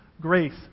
grace